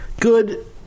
good